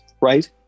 right